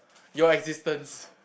your existence